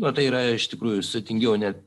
nu tai yra iš tikrųjų sudėtingiau ne